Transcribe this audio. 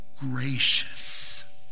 gracious